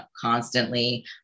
constantly